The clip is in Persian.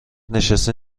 نشستین